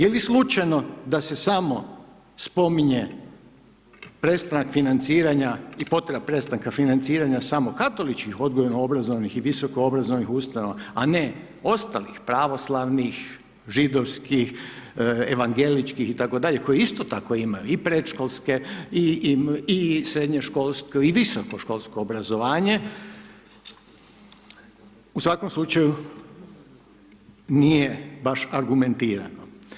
Je li slučajno da se samo spominje samo prestanak financiranja i potreba prestanka financiranja samo katoličkih odgojno obrazovnih i visoko obrazovnih ustanova, a ne ostalih pravoslavnih, židovskih, evangeličkih itd., koji isto tako imaju i predškolske i srednjoškolsko i visoko školsko obrazovanje, u svakom slučaju nije baš argumentirano.